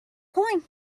coin